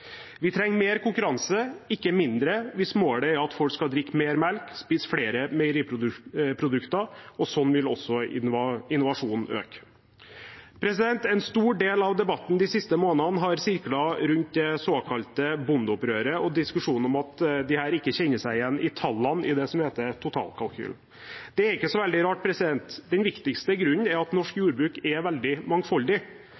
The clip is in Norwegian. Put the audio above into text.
Vi trenger mer konkurranse, ikke mindre, hvis målet er at folk skal drikke mer melk og spise flere meieriprodukter, og slik vil også innovasjonen øke. En stor del av debatten de siste månedene har sirklet rundt det såkalte bondeopprøret og diskusjonen om at disse ikke kjenner seg igjen i tallene i det som heter totalkalkylen. Det er ikke så veldig rart. Den viktigste grunnen er at norsk